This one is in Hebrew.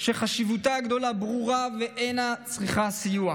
שחשיבותה הגדולה ברורה ואינה צריכה סיוע.